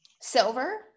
Silver